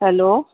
hello